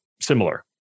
similar